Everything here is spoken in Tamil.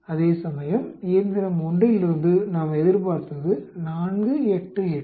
அதேசமயம் இயந்திரம் 1 இலிருந்து நாம் எதிர்பார்த்தது 4 8 8